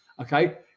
Okay